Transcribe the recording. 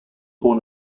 born